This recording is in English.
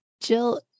Jill